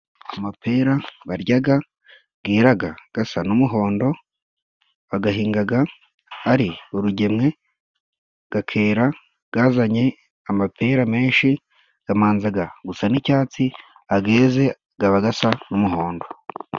Amepera baryaga geraga gasa n'umuhondo, bagahingaga ari urugemwe, gakera gazanye amapera menshi, gamanzaga gusa n'icyatsi, ageze gaba bagasa n'umuhondo.